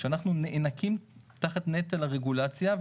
שאנחנו נאנקים תחת נטל הרגולציה.